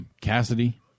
Cassidy